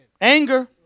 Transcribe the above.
anger